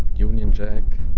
union jack,